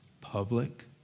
public